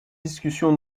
discussion